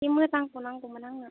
एसे मोजांखौ नांगौमोन आंनो